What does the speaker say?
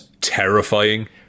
terrifying